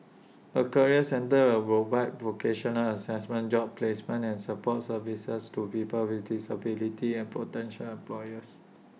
A career centre are vocational Assessment job placement and support services to people with disabilities and potential employers